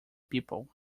people